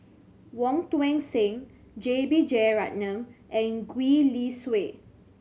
Wong Tuang Seng J B Jeyaretnam and Gwee Li Sui